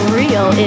real